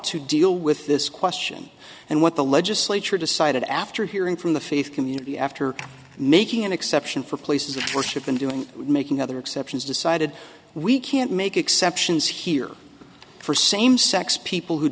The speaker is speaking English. to deal with this question and what the legislature decided after hearing from the faith community after making an exception for places of worship and doing making other exceptions decided we can't make exceptions here for same sex people who